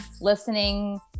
listening